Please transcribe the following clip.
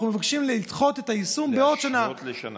אנחנו מבקשים לדחות את היישום בעוד שנה.